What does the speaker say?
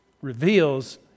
reveals